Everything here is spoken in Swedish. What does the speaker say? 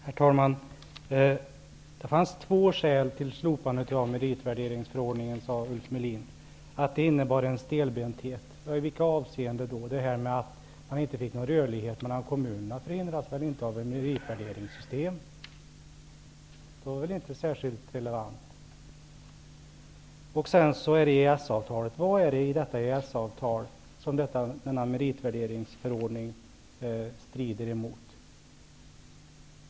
Herr talman! Det fanns två skäl till slopandet av meritvärderingsförordningen, sade Ulf Melin. Det första skälet var att det innebar en stelbenthet. I vilka avseenden då? Rörlighet mellan kommunerna förhindras väl inte av ett meritvärderingssystem? Det var väl inte särskilt relevant? Det andra skälet var EES-avtalet. Vad är det i detta EES-avtal som denna meritvärderingsförordning strider mot?